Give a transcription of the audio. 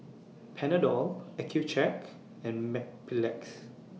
Panadol Accucheck and Mepilex